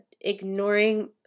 ignoring